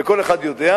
וכל אחד יודע,